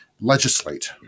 legislate